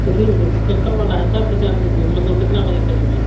कितनी बजे कब आना है सर कितना दिन मतलब कितने बजे के क़रीब में